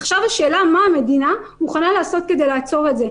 עכשיו השאלה מה המדינה מוכנה לעשות כדי לעצור את זה,